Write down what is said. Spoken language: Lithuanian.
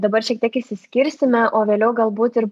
dabar šiek tiek išsiskirsime o vėliau galbūt ir